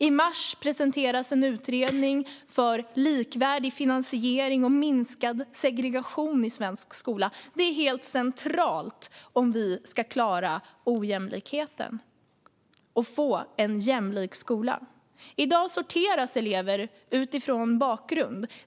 I mars presenteras en utredning för likvärdig finansiering och minskad segregation i svensk skola. Det är helt centralt om vi ska bekämpa ojämlikheten och få en jämlik skola. I dag sorteras elever utifrån bakgrund.